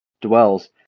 dwells